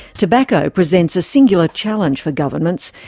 tobacco presents a singular challenge for governments.